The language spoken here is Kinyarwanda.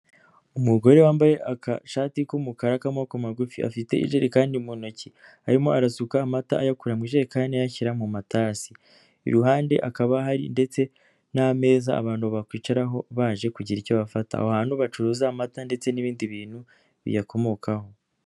Umugore wambaye akashati k'umukara k'amaboko magufi afite ijerekani mu ntoki, arimo arasuka amata ayakura mu ijekani ayashyira mu matasi, iruhande akaba hari ndetse na meza abantu bakwicaraho baje kugira icyo bafata, aho hantu bacuruza amata ndetse n'ibindi bintu biyakomokaho.